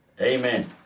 Amen